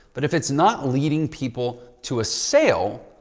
but if it's not leading people to a sale,